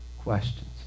questions